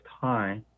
high